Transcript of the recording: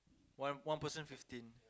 one one person fifteen